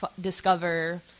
discover